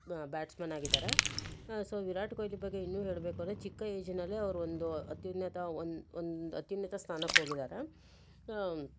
ಬ ಬ್ಯಾಟ್ಸ್ಮನ್ ಆಗಿದ್ದಾರೆ ಸೋ ವಿರಾಟ್ ಕೊಹ್ಲಿ ಬಗ್ಗೆ ಇನ್ನೂ ಹೇಳಬೇಕು ಅಂದರೆ ಚಿಕ್ಕ ಏಜಿನಲ್ಲೇ ಅವರು ಒಂದು ಅತ್ಯುನ್ನತ ಒನ್ ಒಂದು ಅತ್ಯುನ್ನತ ಸ್ಥಾನಕ್ಕೆ ಹೋಗಿದ್ದಾರೆ